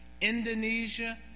Indonesia